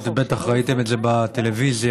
בטח ראיתם את זה בטלוויזיה.